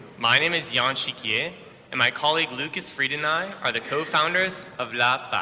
my name is ian chiquier and my colleague, lucas fried and i are the cofounders of la